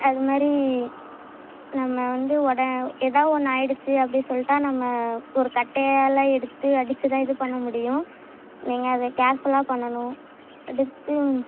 அது மாரி நம்ம வந்து உடன் ஏதா ஒன்று ஆயிடுச்சு அப்படி சொல்லிட்டா நம்ம ஒரு கட்டையால் எடுத்து அடிச்சுதான் இது பண்ண முடியும் நீங்கள் அத கேர்ஃபுல்லாக பண்ணணும் அடுத்து